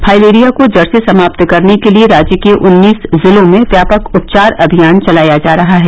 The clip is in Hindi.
फाइलेरिया को जड़ से समाप्त करने के लिये राज्य के उन्नीस जिलों में व्यापक उपचार अभियान चलाया जा रहा है